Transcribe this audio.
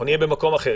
אנחנו נהיה במקום אחר.